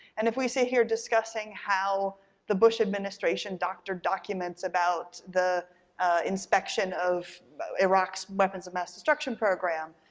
and if we sit here discussing how the bush administration doctored documents about the inspection of iraq's weapons of mass destruction program,